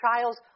trials